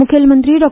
मुखेलमंत्री डॉ